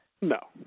No